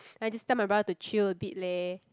and this time my brother to chill a bit leh